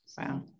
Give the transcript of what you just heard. Wow